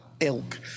Ilk